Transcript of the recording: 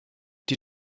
die